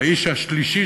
והאיש השלישי,